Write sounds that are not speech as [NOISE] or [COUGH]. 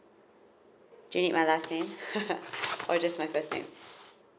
do you need my last name [LAUGHS] or just my first name